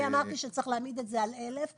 אמרתי שצריך להעמיד את זה על 1,000,